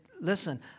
listen